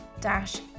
dash